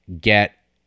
get